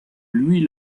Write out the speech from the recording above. louis